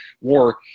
war